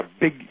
big